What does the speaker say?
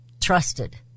trusted